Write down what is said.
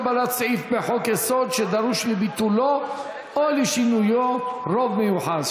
קבלת סעיף בחוק-יסוד שדרוש לביטולו או לשינויו רוב מיוחס),